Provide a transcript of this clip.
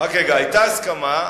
היתה הסכמה,